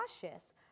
cautious